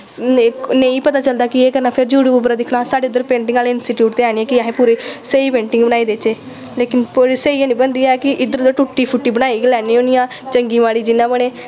नेईं नेईं पता चलदा केह् करना फिर यूट्यूब उप्परा दिक्खना साढ़े इद्धर पेंटिंग आह्ले इंस्टीटयूट ते हैन निं हैन कि अहें पूरीा स्हेई पेंटिंग बनाई देच्चे लेकिन पूरे स्हेई हैनी बनदी ऐ कि इद्धर उद्धर टुट्टी फुट्टी बनाई गै लैन्नी होन्नी आं चंगी माड़ी जियां बने